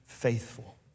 faithful